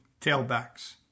tailbacks